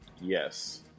Yes